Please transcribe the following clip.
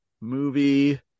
movie